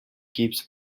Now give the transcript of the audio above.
keeps